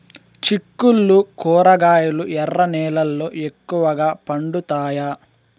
చిక్కుళ్లు కూరగాయలు ఎర్ర నేలల్లో ఎక్కువగా పండుతాయా